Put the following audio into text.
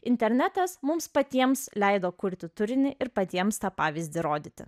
internetas mums patiems leido kurti turinį ir patiems tą pavyzdį rodyti